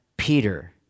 Peter